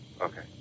Okay